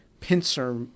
pincer